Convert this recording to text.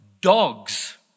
dogs